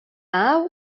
hau